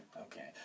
Okay